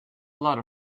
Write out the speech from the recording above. lot